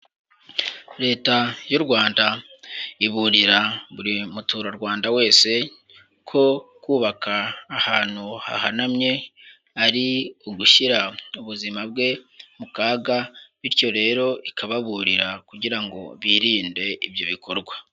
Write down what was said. Leta y'u Rwanda iburira buri muturarwanda wese ko kubaka ahantu hahanamye ari ugushyira ubuzima bwe mu kaga, bityo rero ikababurira kugira ngo birinde ibyo bikorwa.